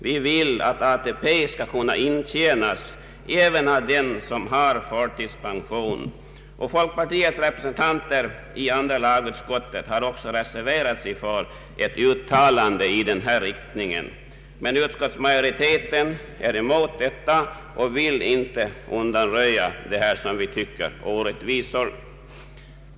Vi vill att ATP skall kunna intjänas även av den som har förtidspension. Folkpartiets representanter i andra lagutskottet har också reserverat sig för ett uttalande i denna riktning, men utskottsmajoriteten är emot detta och vill inte undanröja dessa regler, som vi finner orättvisa.